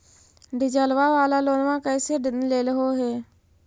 डीजलवा वाला लोनवा कैसे लेलहो हे?